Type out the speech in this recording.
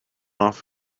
off